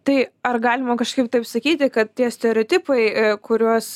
tai ar galima kažkaip taip sakyti kad tie stereotipai kuriuos